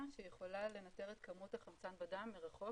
שיכולה לנטר את כמות החמצן בדם מרחוק,